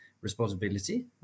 responsibility